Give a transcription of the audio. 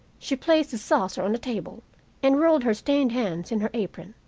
she placed the saucer on a table and rolled her stained hands in her apron.